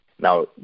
now